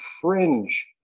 fringe